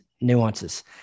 nuances